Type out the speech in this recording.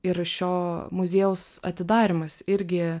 ir šio muziejaus atidarymas irgi